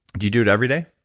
you do it every day?